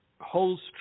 holds